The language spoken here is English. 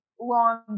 long